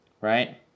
right